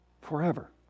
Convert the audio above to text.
forever